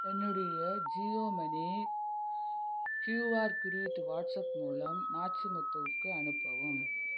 என்னுடைய Jio money QR குறியீட்டு WhatsApp மூலம் நாச்சிமுத்துவுக்கு அனுப்பவும்